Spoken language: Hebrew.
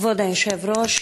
כבוד היושב-ראש,